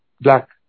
black